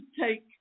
take